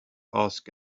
ask